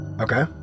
Okay